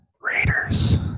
Raiders